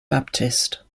baptist